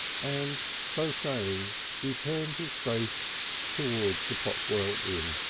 and so saying he turned his face towards the potwell inn.